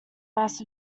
mass